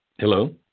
Hello